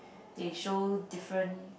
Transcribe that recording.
they show different